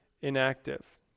inactive